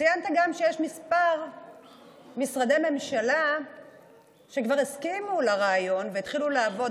ציינת גם שיש כמה משרדי ממשלה שכבר הסכימו לרעיון והתחילו לעבוד.